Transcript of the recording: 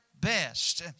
best